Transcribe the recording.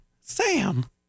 Sam